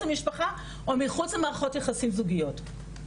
למשפחה או מחוץ למערכות יחסים זוגיות.